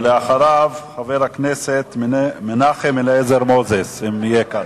ואחריו, חבר הכנסת מנחם אליעזר מוזס, אם יהיה כאן.